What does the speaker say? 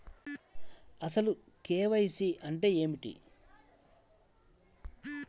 అసలు కే.వై.సి అంటే ఏమిటి?